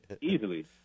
easily